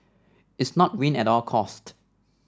it's not win at all cost